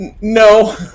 No